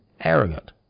arrogant